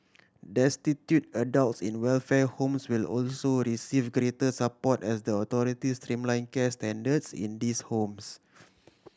destitute adults in welfare homes will also receive greater support as the authorities streamline care standards in these homes